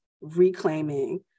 reclaiming